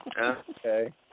Okay